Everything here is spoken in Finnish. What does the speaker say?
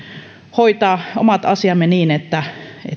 hoitaa omat asiamme niin että